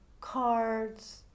cards